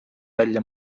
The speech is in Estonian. välja